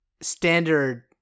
standard